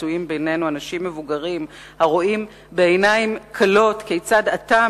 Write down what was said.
מצויים בינינו אנשים מבוגרים הרואים בעיניים כלות כיצד עתה,